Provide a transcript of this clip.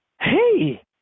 Hey